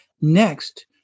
Next